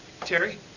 Terry